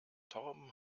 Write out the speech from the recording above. torben